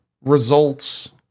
results